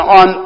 on